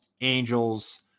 Angels